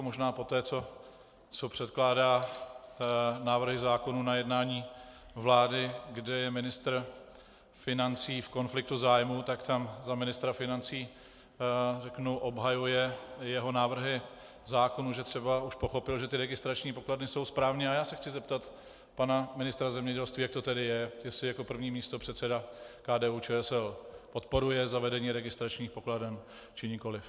Možná poté, co překládá návrhy zákonů na jednání vlády, kdy je ministr financí v konfliktu zájmů, tak tam za ministra financí, řeknu, obhajuje jeho návrhy zákonů, že třeba už pochopil, že registrační pokladny jsou správně, a já se chci zeptat pana ministra zemědělství, jak to tedy je, jestli jako první místopředseda KDUČSL podporuje zavedení registračních pokladen, či nikoliv.